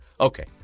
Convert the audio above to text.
Okay